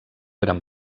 eren